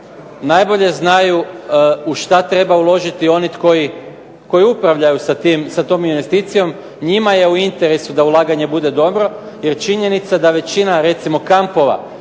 Najbolje znaju u šta treba uložiti oni koji upravljaju sa tom investicijom. Njima je u interesu da ulaganje bude dobro, jer činjenica da većina recimo kampova